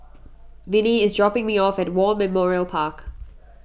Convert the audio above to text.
Vinnie is dropping me off at War Memorial Park